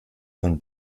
von